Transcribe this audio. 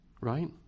right